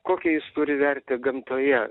kokią jis turi vertę gamtoje